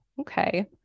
okay